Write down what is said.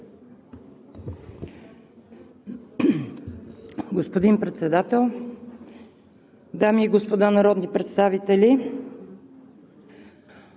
господин Министър, дами и господа народни представители!